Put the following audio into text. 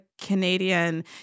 Canadian –